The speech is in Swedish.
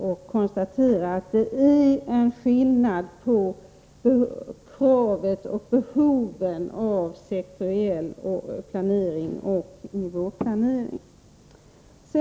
Jag konstaterar att det existerar en skillnad mellan kravet på och behoven av sektoriell planering och nivåplanering.